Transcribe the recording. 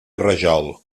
rajol